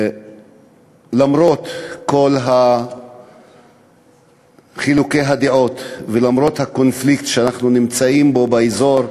למרות כל חילוקי הדעות ולמרות הקונפליקט שאנחנו נמצאים בו באזור,